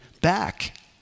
back